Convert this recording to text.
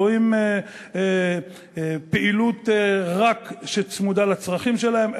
לא רק עם פעילות שצמודה לצרכים שלהם,